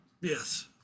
Yes